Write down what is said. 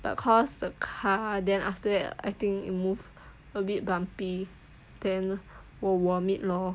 but because the car then after that I think you move a bit bumpy then 我 vomit